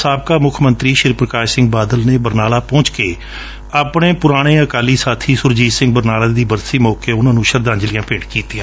ਸਾਬਕਾ ਮੁੱਖ ਮੰਤਰੀ ਪੁਕਾਸ਼ ਸਿੰਘ ਬਾਦਲ ਨੇ ਬਰਨਾਲਾ ਪਹੁੰਚ ਕੇ ਆਪਣੇ ਪੁਰਾਣੇ ਅਕਾਲੀ ਸਾਬੀ ਸੁਰਜੀਤ ਸਿੰਘ ਬਰਨਾਲਾ ਦੀ ਬਰਸੀ ਮੌਕੇ ਉਨ੍ਹਾ ਨੂੰ ਸ਼ਰਧਾਜਲੀਆਂ ਭੇਂਟ ਕੀਤੀਆਂ